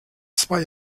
zwei